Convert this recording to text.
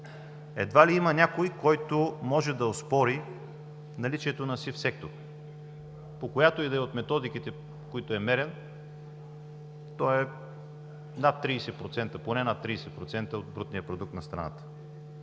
Едва ли има някой, който може да оспори наличието на сив сектор, по която и да е от методиките, по които е мерен, то е поне над 30% от брутния продукт на страната.